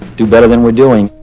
do better than we're doing.